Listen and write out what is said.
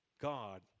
God